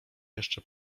jeszcze